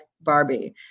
Barbie